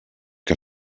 que